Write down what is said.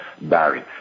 Barry